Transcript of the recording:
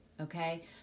okay